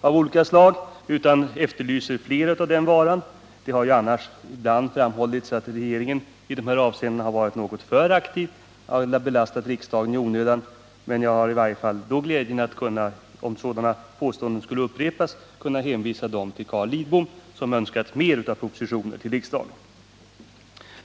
av olika slag utan efterlyser mer av den varan. Det har ju ibland framhållits att regeringen i de här avseendena varit något för aktiv och velat belasta riksdagen i onödan, men jag har nu glädjen att, om sådana påståenden skulle upprepas, kunna hänvisa till Carl Lidbom som önskar få mer av propositioner till riksdagen.